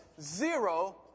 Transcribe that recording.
zero